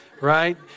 right